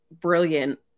brilliant